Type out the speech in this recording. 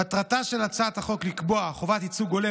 מטרתה של הצעת החוק לקבוע חובת ייצוג הולם